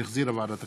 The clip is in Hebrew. שהחזירה ועדת הכספים.